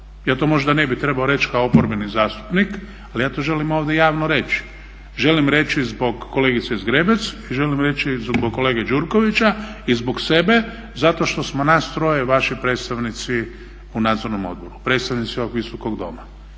Ja to možda ne bi trebao reći kao oporbeni zastupnik ali ja to želim ovdje javno reći, želim reći zbog kolegice Zgrebec i želim reći zbog kolege Gjurkovića i zbog sebe zato što smo nas troje vaši predstavnici u nadzornom odboru, predstavnici ovog visokog doma.